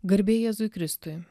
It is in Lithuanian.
garbė jėzui kristui